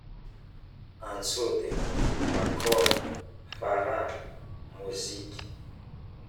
antsôdigny, bakora, farara, moziky